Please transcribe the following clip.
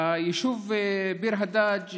היישוב ביר הדאג',